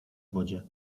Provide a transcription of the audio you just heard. wodzie